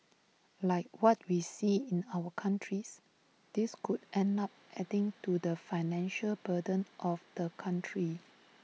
like what we see in other countries this could end up adding to the financial burden of the country